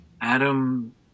Adam